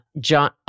John